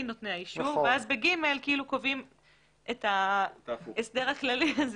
נותני האישור ואז ב-(ג) כאילו קובעים את ההסדר הכללי.